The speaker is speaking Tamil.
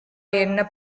என்ன